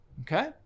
Okay